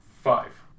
five